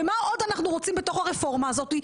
ומה עוד אנחנו רוצים בתוך הרפורמה הזאת?